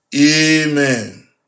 Amen